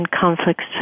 conflicts